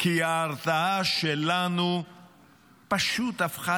כי ההרתעה שלנו פשוט הפכה